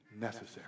necessary